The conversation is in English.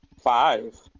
five